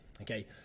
Okay